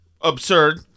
absurd